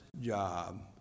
job